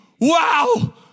wow